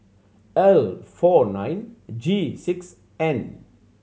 L four nine G six N